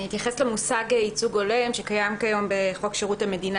אני אתייחס למושג ייצוג הולם שקיים כיום בחוק שירות המדינה,